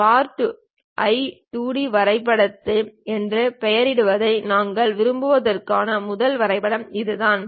part 1 2 D வரைதல் என்று பெயரிடுவதை நாங்கள் விரும்புவதற்கான முதல் வரைபடம் இதுதான்